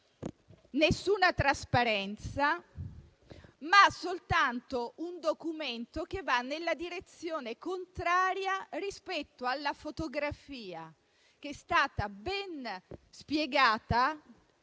alcuna trasparenza, ma soltanto un Documento che va in direzione contraria rispetto alla fotografia che è stata ben spiegata